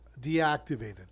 deactivated